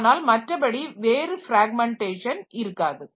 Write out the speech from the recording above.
ஆனால் மற்றபடி வேறு பிராக்மெண்டேஷன் இருக்காது